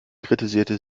kritisierte